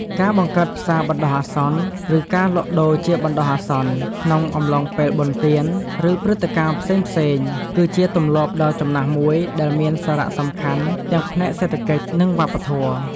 ការបង្កើតផ្សារបណ្ដោះអាសន្ន ឬការលក់ដូរជាបណ្ដោះអាសន្ន ក្នុងអំឡុងពេលបុណ្យទាន និងព្រឹត្តិការណ៍ផ្សេងៗ គឺជាទម្លាប់ដ៏ចំណាស់មួយ ដែលមានសារៈសំខាន់ទាំងផ្នែកសេដ្ឋកិច្ច និងវប្បធម៌។